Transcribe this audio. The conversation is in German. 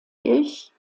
ich